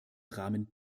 rahmen